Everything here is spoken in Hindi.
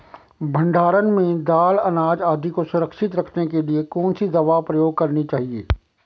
भण्डारण में दाल अनाज आदि को सुरक्षित रखने के लिए कौन सी दवा प्रयोग करनी चाहिए?